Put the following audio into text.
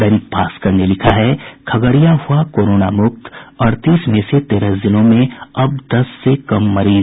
दैनिक भास्कर ने लिखा है खगड़िया हुआ कोरोना मुक्त अड़तीस में से तेरह जिलों में अब दस से कम मरीज